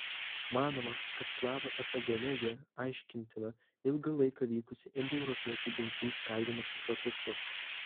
manoma kad slavų etnogenezė aiškintina ilgą laiką vykusiu indoeuropiečių genčių skaidymosi procesu